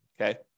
Okay